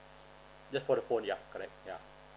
just for the phone yeah correct yeah